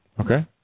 Okay